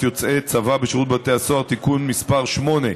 יוצאי צבא בשירות בתי הסוהר) (תיקון מס' 8),